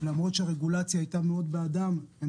למרות שהרגולציה הייתה מאוד בעדם הם